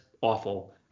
awful